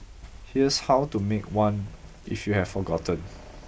here's how to make one if you have forgotten